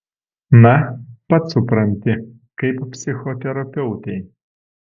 na pats supranti kaip psichoterapeutei